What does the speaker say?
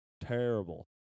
Terrible